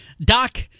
Doc